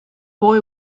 boy